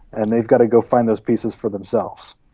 and they've got to go find those pieces for themselves.